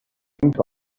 trying